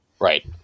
Right